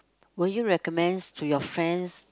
will you recommends to your friends